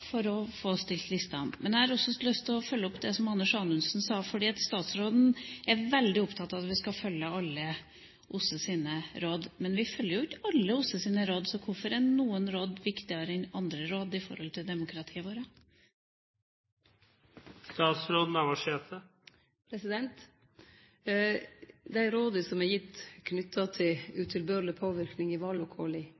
for å få stilt listene. Men jeg har også lyst til å følge opp det som Anders Anundsen sa. Statsråden er veldig opptatt av at vi skal følge alle OSSEs råd. Men vi følger jo ikke alle OSSEs råd, så hvorfor er noen råd viktigere enn andre råd med tanke på demokratiet vårt? Dei råda som er knytte til